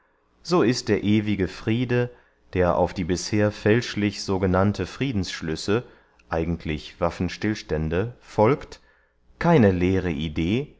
so ist der ewige friede der auf die bisher fälschlich so genannte friedensschlüsse eigentlich waffenstillstände folgt keine leere idee